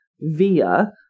via